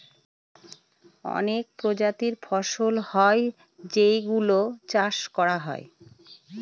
অনেক প্রজাতির ফসল হয় যেই গুলো চাষ করা হয়